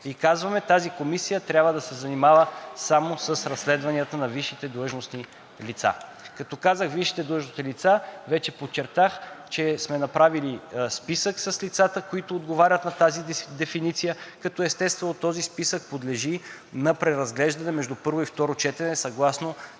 и казваме: тази комисия трябва да се занимава само с разследванията на висшите длъжностни лица. Като казах висшите длъжностни лица, вече подчертах, че сме направили списък с лицата, които отговарят на тази дефиниция, като, естествено, този списък подлежи на преразглеждане между първо и второ четене съгласно